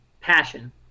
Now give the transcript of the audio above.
passion